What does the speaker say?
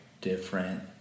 different